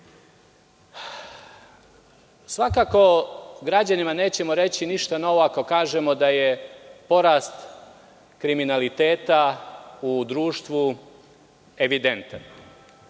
članova. Svakako građanima nećemo reći ništa novo ako kažemo da je porast kriminaliteta u društvu evidentan,